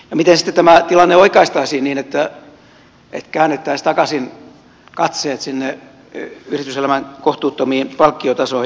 miten sitten tämä tilanne oikaistaisiin niin että käännettäisiin takaisin katseet sinne yrityselämän kohtuuttomiin palkkiotasoihin